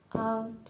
out